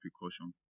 precaution